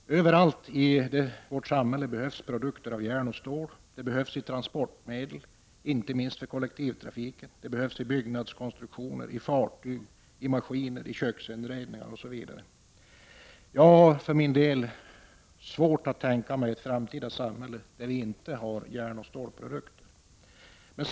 Överallt i vårt samhälle behövs produkter av järn och stål. De behövs i transportmedel, inte minst för kollektivtrafiken, i byggnadskonstruktioner, i fartyg och maskiner, i köksinredningar, osv. Jag har för min del svårt att tänka mig ett framtida samhälle där vi inte använder järnoch stålprodukter.